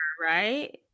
right